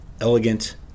elegant